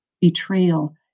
betrayal